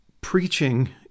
preaching